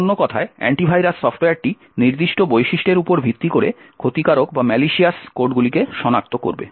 বা অন্য কথায় অ্যান্টি ভাইরাস সফ্টওয়্যারটি নির্দিষ্ট বৈশিষ্ট্যের উপর ভিত্তি করে ক্ষতিকারক কোড সনাক্ত করবে